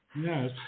Yes